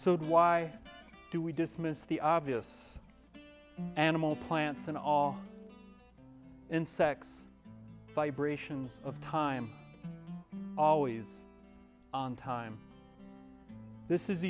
so why do we dismiss the obvious animal plants and all insects vibrations of time always on time this is